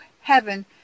heaven